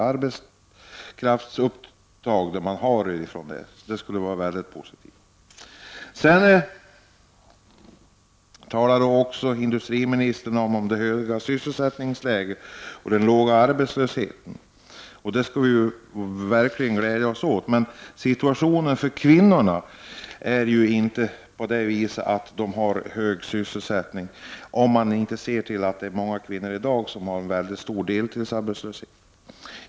Industriministern talar också om det höga sysselsättningsläget och den låga arbetslösheten. Det skall vi verkligen glädja oss åt. Men situationen för kvinnorna är inte sådan att de har en hög sysselsättningsgrad. Många kvinnor i dag är deltidsarbetslösa.